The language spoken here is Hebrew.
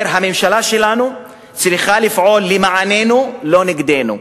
הממשלה שלנו צריכה לפעול למעננו, לא נגדנו.